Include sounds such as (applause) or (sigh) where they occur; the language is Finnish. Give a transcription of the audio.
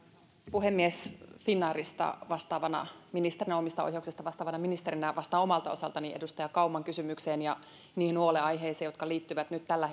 puhemies finnairista vastaavana ministerinä omistajaohjauksesta vastaavana ministerinä vastaan omalta osaltani edustaja kauman kysymykseen ja niihin huolenaiheisiin jotka liittyvät nyt tällä (unintelligible)